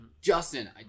Justin